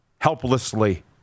helplessly